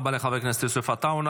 תודה רבה לחבר הכנסת יוסף עטאונה.